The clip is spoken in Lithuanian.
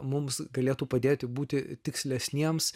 mums galėtų padėti būti tikslesniems